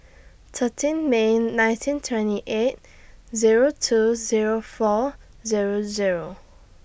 thirteen May nineteen twenty eight Zero two Zero four Zero Zero